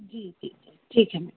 जी जी जी ठीक है मैडम